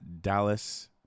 Dallas –